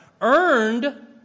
earned